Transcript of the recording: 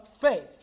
faith